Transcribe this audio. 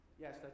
Yes